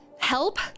Help